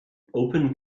open